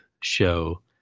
show